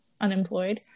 unemployed